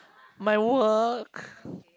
my work